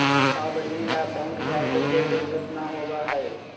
अब ऋण ला बैंक जाय के कोई जरुरत ना होबा हई